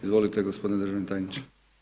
Izvolite gospodine državni tajniče.